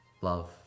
Love